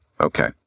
Okay